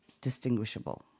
distinguishable